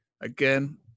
again